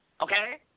Okay